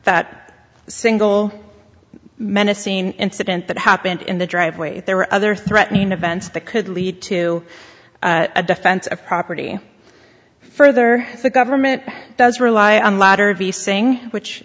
that single menacing incident that happened in the driveway there were other threatening events that could lead to a defense of property further the government does rely on